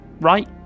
right